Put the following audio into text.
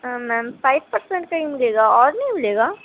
میم five percent کا ہی ملے گا اور نہیں ملے گا